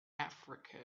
africa